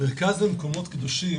הוזכר הממונה על המקומות הקדושים,